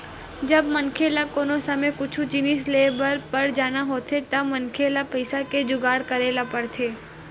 जब मनखे ल कोनो समे कुछु जिनिस लेय बर पर जाना होथे त मनखे ल पइसा के जुगाड़ करे ल परथे